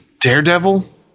Daredevil